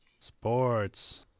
Sports